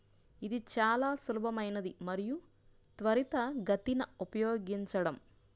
ఇది చాలా సులభమైనది మరియు త్వరితగతిన ఉపయోగించడం